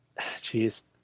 Jeez